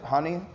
Honey